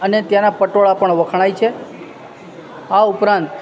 અને ત્યાંના પટોળા પણ વખણાય છે આ ઉપરાંત